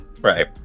right